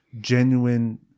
genuine